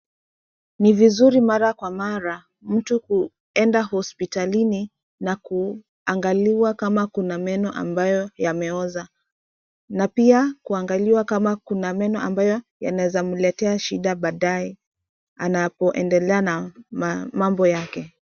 Ni vizuri mara kwa mara, mtu kuenda hospitalini na kuangaliwa kama kuna meno ambayo yameoza na pia kuangalia kama kuna meno ambayo yanaeza mletea shida baadaye ,anapoendelea na mambo yake.